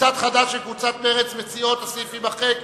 קבוצת חד"ש וקבוצת מרצ מציעות שהסעיף יימחק.